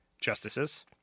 justices –